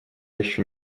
еще